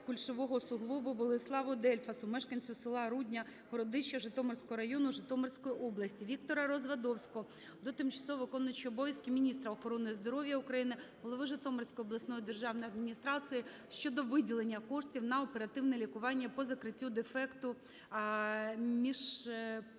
кульшового суглобу Болеславу Дельфасу, мешканцю села Рудня-Городище Житомирського району, Житомирської області. Віктора Развадовського до тимчасово виконуючої обов'язки міністра охорони здоров'я України, голови Житомирської обласної державної адміністрації щодо виділення коштів на оперативне лікування по закриттю дефекту міжпередсердної